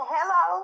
Hello